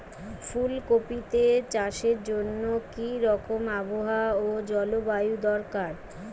ফুল কপিতে চাষের জন্য কি রকম আবহাওয়া ও জলবায়ু দরকার?